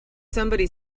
somebody